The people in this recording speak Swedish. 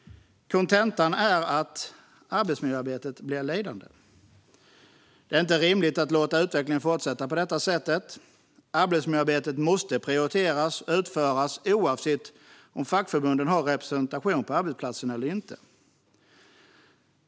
Kontentan är att arbetsmiljöarbetet blir lidande. Det är inte rimligt att låta utvecklingen fortsätta på detta sätt. Arbetsmiljöarbetet måste prioriteras och utföras oavsett om fackförbunden har representation på arbetsplatsen eller inte.